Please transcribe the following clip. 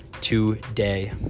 today